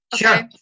Sure